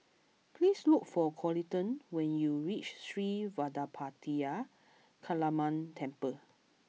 please look for Coleton when you reach Sri Vadapathira Kaliamman Temple